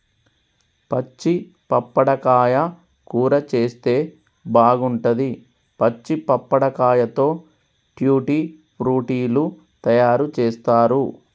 పచ్చి పప్పడకాయ కూర చేస్తే బాగుంటది, పచ్చి పప్పడకాయతో ట్యూటీ ఫ్రూటీ లు తయారు చేస్తారు